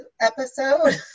episode